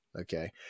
okay